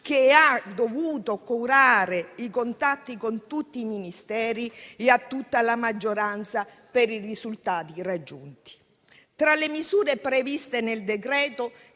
che ha dovuto curare i contatti con tutti i Ministeri, e a tutta la maggioranza per i risultati raggiunti. Tra le misure previste nel decreto-legge,